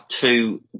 two